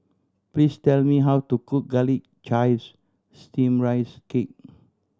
please tell me how to cook Garlic Chives Steamed Rice Cake